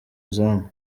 izamu